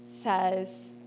says